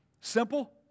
Simple